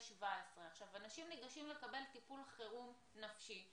17. אנשים ניגשים לקבל טיפול חירום נפשי,